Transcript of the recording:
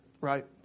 Right